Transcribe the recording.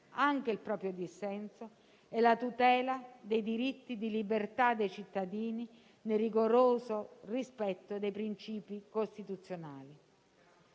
anche il proprio dissenso e la tutela dei diritti di libertà dei cittadini, nel rigoroso rispetto dei principi costituzionali.